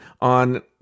on